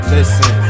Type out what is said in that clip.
Listen